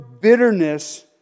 bitterness